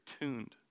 tuned